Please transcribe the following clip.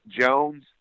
Jones